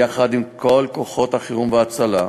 יחד עם כל כוחות החירום וההצלה,